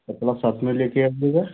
अपना साथ में ले कर आइएगा